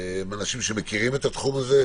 אנשים שמכירים את התחום הזה.